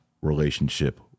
relationship